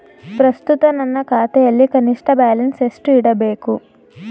ಪ್ರಸ್ತುತ ನನ್ನ ಖಾತೆಯಲ್ಲಿ ಕನಿಷ್ಠ ಬ್ಯಾಲೆನ್ಸ್ ಎಷ್ಟು ಇಡಬೇಕು?